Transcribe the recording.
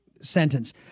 sentence